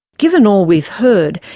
given all we've heard,